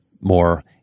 more